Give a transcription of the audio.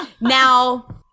Now